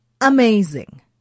Amazing